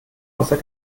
außer